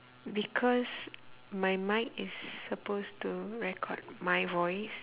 because my mic is suppose to record my voice